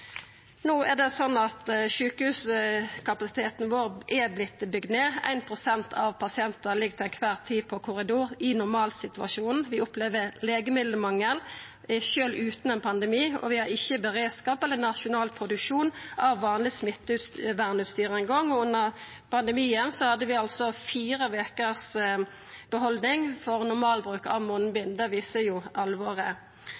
No er det slik at sjukehuskapasiteten vår er vorten bygd ned – 1 pst. av pasientane ligg til ei kvar tid i korridor i normalsituasjonen. Vi opplever legemiddelmangel sjølv utan ein pandemi, og vi har ikkje beredskap eller nasjonal produksjon av vanleg smittevernutstyr ein gong. Under pandemien hadde vi altså fire vekers behaldning for normalbruk av